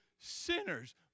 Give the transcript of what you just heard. sinners